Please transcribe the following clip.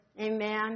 Amen